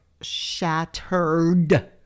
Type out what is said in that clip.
shattered